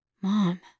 Mom